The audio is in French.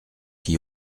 qui